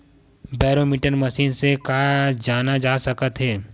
Barometer machine से का जाना जा सकत हे?